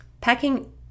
packing